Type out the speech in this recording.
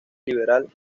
liberal